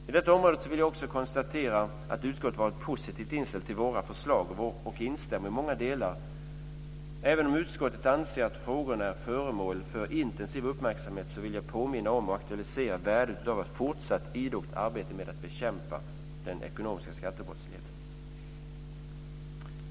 På detta område vill jag också konstatera att utskottet varit positivt inställt till våra förslag och at man instämmer i många delar. Även om utskottet anser att frågorna är föremål för intensiv uppmärksamhet vill jag påminna om och aktualisera värdet av ett fortsatt idogt arbete med att bekämpa den ekonomiska skattebrottsligheten.